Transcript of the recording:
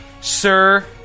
Sir